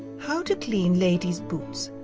how to clean ladies' boots?